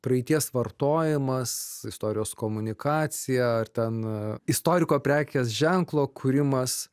praeities vartojimas istorijos komunikacija ar ten istoriko prekės ženklo kūrimas